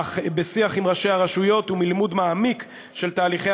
אך משיח עם ראשי הרשויות ומלימוד מעמיק של תהליכי